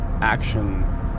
action